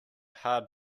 hard